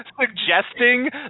suggesting